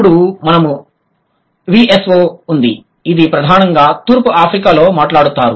అప్పుడు మనకు VSO ఉంది ఇది ప్రధానంగా తూర్పు ఆఫ్రికాలో మాట్లాడుతారు